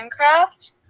Minecraft